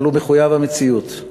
אבל הוא מחויב המציאות.